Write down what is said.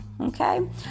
Okay